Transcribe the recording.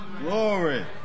glory